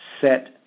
Set